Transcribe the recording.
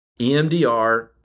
EMDR